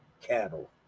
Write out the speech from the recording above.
cattle